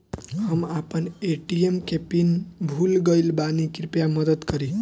हम आपन ए.टी.एम के पीन भूल गइल बानी कृपया मदद करी